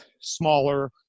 smaller